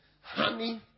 honey